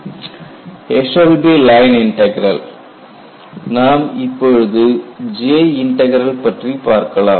Eshelby's line Integrals Eshelby line integral நாம் இப்பொழுது J integral பற்றி பார்க்கலாம்